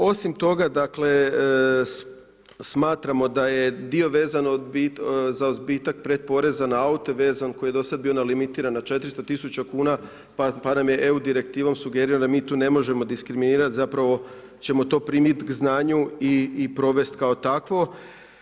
Osim toga, smatramo da je dio vezan za odbitak pred poreza na aute vezan koji je do sad bio nalimitiran na 400 000 kuna pa nam je EU direktivom sugerirano da mi tu ne možemo diskriminirat, zapravo ćemo to primit k znanju i provest kao takvu.